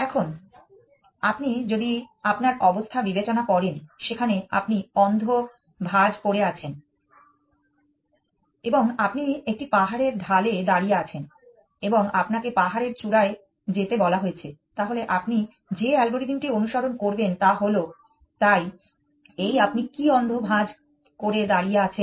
এখন আপনি যদি আপনার অবস্থা বিবেচনা করেন সেখানে আপনি অন্ধ ভাঁজ পড়ে আছেন এবং আপনি একটি পাহাড়ের ঢালে দাঁড়িয়ে আছেন এবং আপনাকে পাহাড়ের চূড়ায় যেতে বলা হয়েছে তাহলে আপনি যে অ্যালগরিদমটি অনুসরণ করবেন তা হল তাই এই আপনি কি অন্ধ ভাঁজ করে দাঁড়িয়ে আছেন